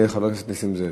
יהיה חבר הכנסת נסים זאב.